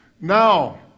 Now